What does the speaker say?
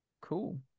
Cool